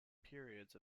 periods